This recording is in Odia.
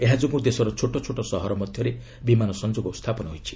ଏହାଯୋଗୁଁ ଦେଶର ଛୋଟ ଛୋଟ ସହର ମଧ୍ୟରେ ବିମାନ ସଂଯୋଗ ସ୍ଥାପନ ହୋଇଛି